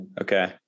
Okay